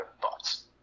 thoughts